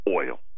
oil